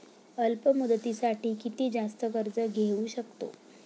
अल्प मुदतीसाठी किती जास्त कर्ज घेऊ शकतो?